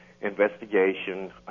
investigation